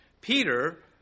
Peter